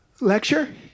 Lecture